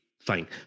fine